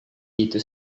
itu